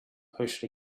pushed